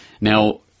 Now